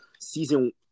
season